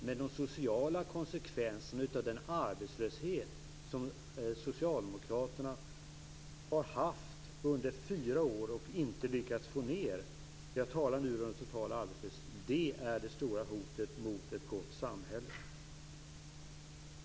Men de sociala konsekvenserna av den arbetslöshet som Socialdemokraterna har haft under fyra år och inte lyckats få ned - jag talar nu om den totala arbetslösheten - är det stora hotet mot ett gott samhälle.